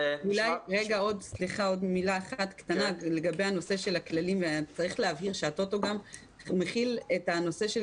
עוד מילה לגבי הכללים: צריך להבין שהטוטו גם מכיל את הנושא של